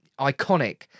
iconic